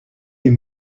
les